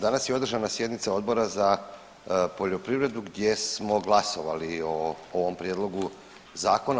Danas je održana sjednica Odbora za poljoprivredu gdje smo glasovali o ovom prijedlogu zakona.